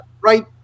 right